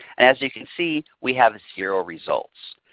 and as you can see, we have zero results.